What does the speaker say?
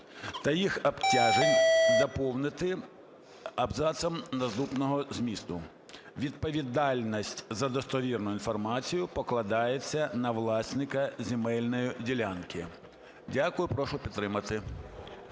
та їх обтяжень" доповнити абзацом наступного змісту: "Відповідальність за достовірну інформацію покладається на власника земельної ділянки". Дякую. Прошу підтримати